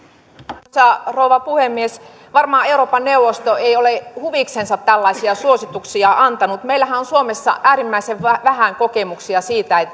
arvoisa rouva puhemies varmaan euroopan neuvosto ei ole huviksensa tällaisia suosituksia antanut meillähän on suomessa äärimmäisen vähän kokemuksia siitä